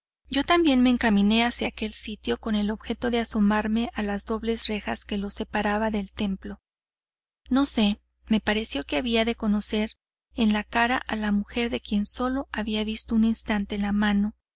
yo también me encaminé hacia aquel sitio con el objeto de asomarme a las dobles rejas que lo separaban del templo no sé me pareció que había de conocer en la cara a la mujer de quien sólo había visto un instante la mano